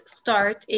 start